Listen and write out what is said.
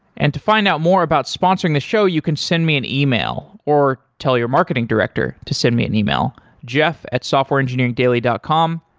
and to find out more about sponsoring the show, you can send me an yeah e-mail or tell your marketing director to send me an e-mail jeff at softwareengineeringdaily dot com.